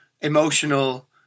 emotional